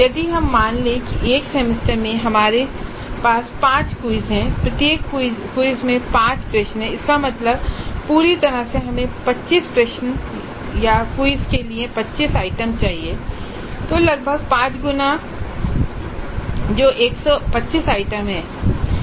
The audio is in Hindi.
यदि हम यह मान लें कि एक सेमेस्टर में हमारे पास पाँच क्विज़ हैं और प्रत्येक क्विज़ में पाँच प्रश्न हैं इसका मतलब है कि पूरी तरह से हमें 25 प्रश्नों या क्विज़ के लिए 25 आइटम चाहिए तो लगभग पांच गुना जो 125 आइटम होगा